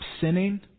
sinning